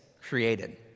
created